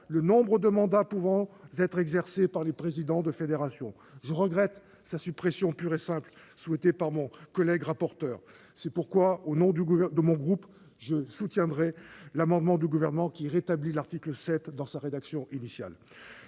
le nombre de mandats pouvant être exercés par les présidents de fédération. Je regrette sa suppression pure et simple, souhaitée par le rapporteur. Au nom de mon groupe, je voterai donc l'amendement du Gouvernement qui rétablit cet article 7 dans sa rédaction initiale.